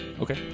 Okay